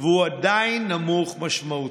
והוא עדיין נמוך משמעותית.